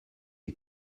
est